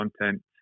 content